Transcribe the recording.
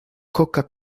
coca